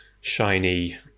shiny